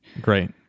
Great